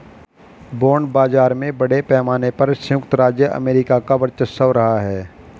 bond बाजार में बड़े पैमाने पर सयुक्त राज्य अमेरिका का वर्चस्व रहा है